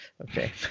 Okay